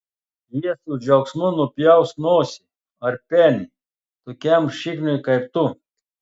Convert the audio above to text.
jie su džiaugsmu nupjaus nosį ar penį tokiam šikniui kaip tu